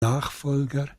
nachfolger